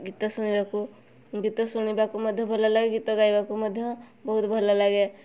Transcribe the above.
ଗୀତ ଶୁଣିବାକୁ ଗୀତ ଶୁଣିବାକୁ ମଧ୍ୟ ଭଲ ଲାଗେ ଗୀତ ଗାଇବାକୁ ମଧ୍ୟ ବହୁତ ଭଲ ଲାଗେ